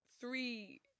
three